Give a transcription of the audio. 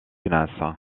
ignace